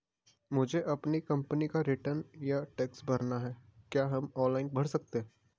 मुझे अपनी कंपनी का रिटर्न या टैक्स भरना है क्या हम ऑनलाइन भर सकते हैं?